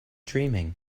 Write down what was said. dreaming